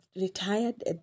retired